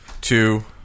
Two